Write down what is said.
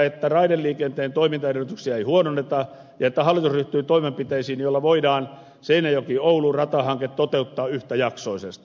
että raideliikenteen toimintaedelly tyksiä ei huononneta ja että hallitus ryhtyy toimenpiteisiin joilla voidaan seinäjoki oulu rata hanke toteuttaa yhtäjaksoisesti